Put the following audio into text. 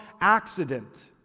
accident